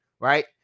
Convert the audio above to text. right